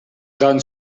dan